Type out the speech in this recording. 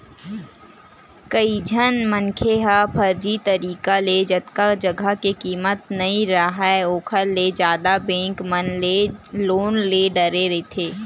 कइझन मनखे ह फरजी तरिका ले जतका जघा के कीमत नइ राहय ओखर ले जादा बेंक मन ले लोन ले डारे रहिथे